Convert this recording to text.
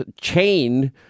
chain